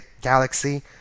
Galaxy